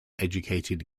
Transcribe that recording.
educated